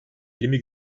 yirmi